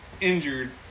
injured